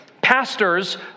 pastors